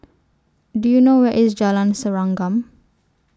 Do YOU know Where IS Jalan Serengam